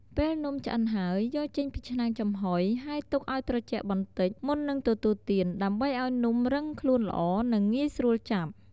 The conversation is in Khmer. ពេលនំឆ្អិនហើយ យកចេញពីឆ្នាំងចំហុយ ហើយទុកឲ្យត្រជាក់បន្តិច មុននឹងទទួលទាន ដើម្បីឲ្យនំរឹងខ្លួនល្អ និងងាយស្រួលចាប់។